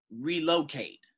relocate